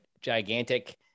gigantic